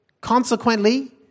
Consequently